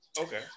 okay